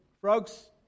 Frogs